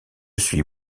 suis